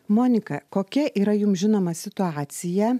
monika kokia yra jums žinoma situacija